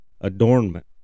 adornment